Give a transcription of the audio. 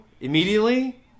immediately